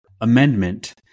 amendment